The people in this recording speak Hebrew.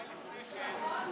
אולי לפני כן,